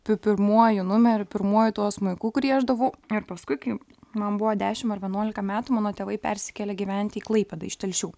pi pirmuoju numeriu pirmuoju tuo smuiku grieždavau ir paskui kai man buvo dešim ar vienuolika metų mano tėvai persikėlė gyventi į klaipėdą iš telšių